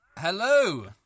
Hello